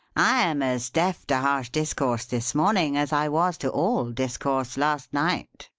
i am as deaf to harsh discourse this morning, as i was to all discourse last night.